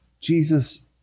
Jesus